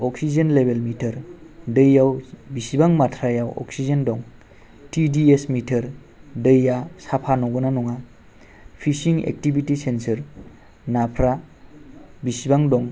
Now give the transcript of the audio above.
oxygen लेबेल meter दैयाव बेसेबां माथ्रायाव अक्सिजेन दं थि दि एस मिटार दैया साफा नंगौना नङा फिसिं एकथिभिति सेनसर नाफ्रा बिसिबां दं